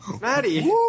Maddie